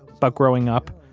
but growing up,